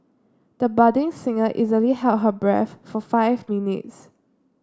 the budding singer easily held her breath for five minutes